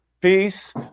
Peace